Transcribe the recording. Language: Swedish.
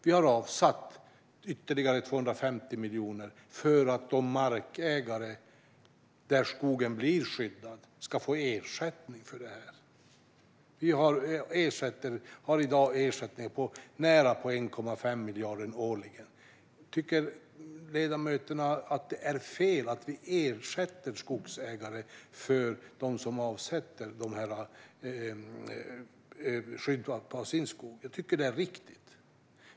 Vi har avsatt ytterligare 250 miljoner för att markägare där skogen blir skyddad ska få ersättning för det. Vi har i dag ersättningar på nära 1,5 miljarder årligen. Tycker ledamöterna att det är fel att vi ersätter skogsägare som avsätter mark för skydd av sin skog? Jag tycker att det är riktigt.